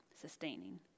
sustaining